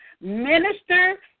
Minister